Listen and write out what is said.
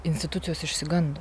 institucijos išsigando